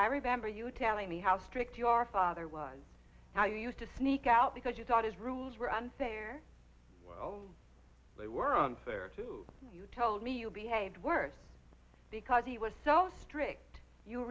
i remember you telling me how strict your father was how you used to sneak out because you thought his rules were unfair while they were unfair to you told me you behaved worse because he was so strict you